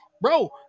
bro